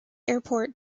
airport